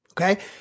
okay